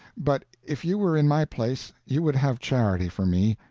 but if you were in my place you would have charity for me.